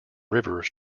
rivers